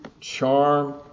charm